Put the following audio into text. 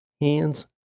hands